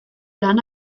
lan